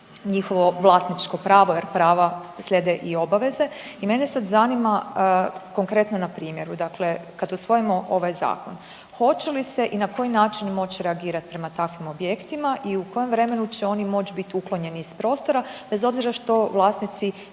njihovo vlasničko pravo, jer prava slijede i obaveze. I mene sad zanima, konkretno na primjeru, dakle, kad usvojimo ovaj Zakon, hoće li se i na koji način moći reagirati prema takvim objektima i u kojem vremenu će oni moći biti uklonjeni iz prostora, bez obzira što vlasnici